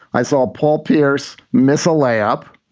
i saw paul pierce miss ah lay up.